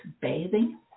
bathing